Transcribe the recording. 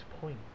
Point